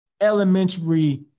elementary